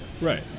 Right